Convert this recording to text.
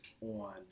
on